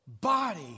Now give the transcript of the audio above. body